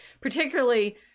particularly